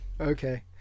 Okay